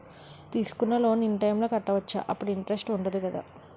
తీసుకున్న loan in time లో కట్టవచ్చ? అప్పుడు ఇంటరెస్ట్ వుందదు కదా?